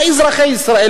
אולי אזרחי ישראל,